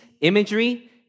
imagery